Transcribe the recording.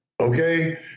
Okay